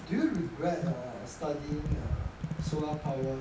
do regret uh studying err solar power